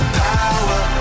power